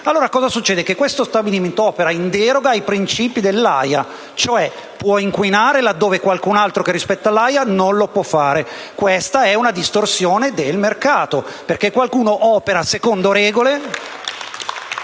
Succede quindi che questo stabilimento opera in deroga ai principi dell'AIA, cioè può inquinare laddove qualcun altro che rispetta le prescrizioni dell'AIA non lo può fare: questa è una distorsione del mercato, perché qualcuno opera secondo regole